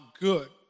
good